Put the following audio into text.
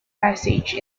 passage